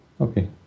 Okay